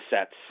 sets